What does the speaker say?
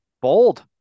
Bold